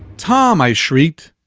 tom, i shrieked.